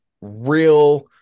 real